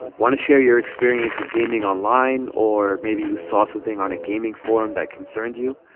want to share your experience with gaming online or maybe you saw something on a gaming forum that concerned you.